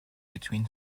between